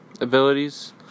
abilities